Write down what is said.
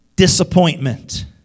Disappointment